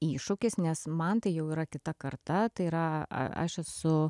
iššūkis nes man tai jau yra kita karta tai yra aš esu